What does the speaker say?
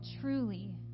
truly